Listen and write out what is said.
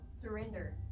surrender